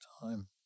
time